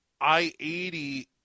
I-80